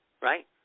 Right